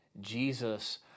Jesus